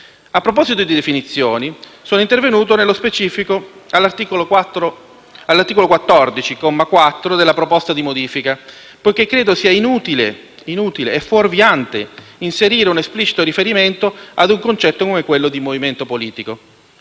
A proposito di definizioni, sono intervenuto nello specifico all'articolo 14, comma 4 della proposta di modifica, perché credo sia inutile e fuorviante inserire un esplicito riferimento ad un concetto come quello di movimento politico.